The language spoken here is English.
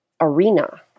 arena